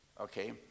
okay